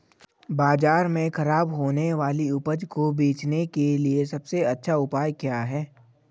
बाजार में खराब होने वाली उपज को बेचने के लिए सबसे अच्छा उपाय क्या हैं?